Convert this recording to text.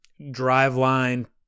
driveline